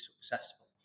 successful